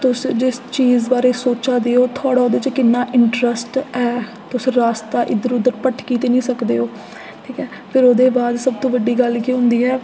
तुस चीज दे बारे च सोचै दे ओ थुआढ़ा ओह्दे च किन्ना इंटरैस्ट ऐ तुस रस्ता इद्धर उद्धर भटकी ते निं सकदे ठीक ऐ ओ फिर ओह्दे बाद सबतों बड्डी गल्ल केह् होंदी ऐ